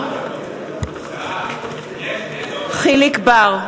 יחיאל חיליק בר,